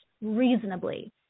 reasonably